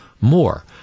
more